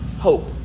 hope